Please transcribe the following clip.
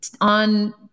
on